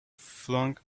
flung